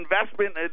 investment